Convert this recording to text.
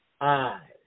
eyes